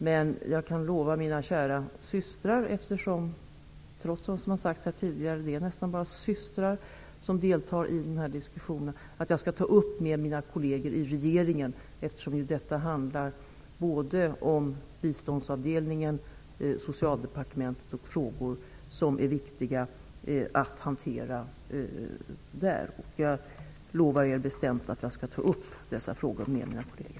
Men jag kan lova mina kära systrar -- eftersom det trots vad som har sagts här tidigare nästan bara är systrar som deltar i den här diskussionen -- att jag skall ta upp detta med mina kolleger i regeringen. Dessa frågor berör både biståndsavdelningen och Socialdepartementet, och det är viktigt att hantera dem där. Jag lovar er bestämt att jag skall ta upp dessa frågor med mina kolleger.